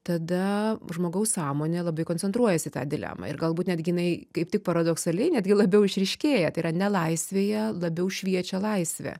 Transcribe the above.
tada žmogaus sąmonė labai koncentruojasi į tą dilemą ir galbūt netgi jinai kaip tik paradoksaliai netgi labiau išryškėja tai yra nelaisvėje labiau šviečia laisvė